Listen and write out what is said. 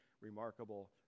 remarkable